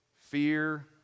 fear